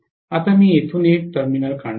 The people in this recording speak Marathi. आता मी येथून एक टर्मिनल काढणार आहे